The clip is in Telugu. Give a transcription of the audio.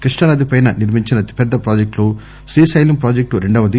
కృష్ణా నదిపై నిర్మించిన అతిపెద్ద ప్రాజెక్టు లో శ్రీశైలం ప్రాజెక్టు రెండవది